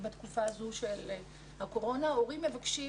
בתקופה הזו של הקורונה כאשר הורים מבקשים